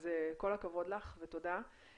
אז כל הכבוד לך ותודה.